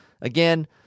Again